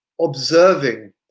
observing